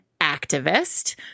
activist